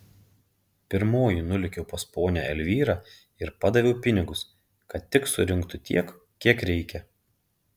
pirmoji nulėkiau pas ponią elvyrą ir padaviau pinigus kad tik surinktų tiek kiek reikia